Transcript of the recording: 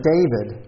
David